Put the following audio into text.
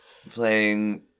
Playing